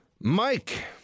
Mike